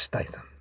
Statham